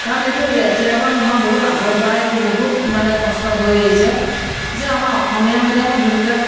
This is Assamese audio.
কাৰণ এইটো এতিয়াৰ পৰা নহয় বহুত আগৰ পৰাই এইটো বহুত মানে কষ্ট হৈ আহিছে যে আমাৰ অসমীয়া মিডিয়ামত যোনবিলাক